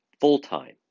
full-time